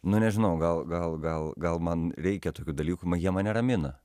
nu nežinau gal gal gal gal man reikia tokių dalykų jie mane ramina